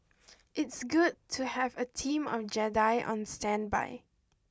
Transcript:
it's good to have a team of Jedi on standby